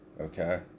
Okay